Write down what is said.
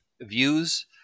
views